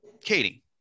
Katie